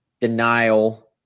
denial